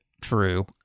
true